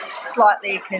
slightly